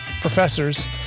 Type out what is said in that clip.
professors